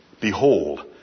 behold